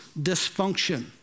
dysfunction